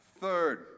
Third